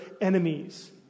enemies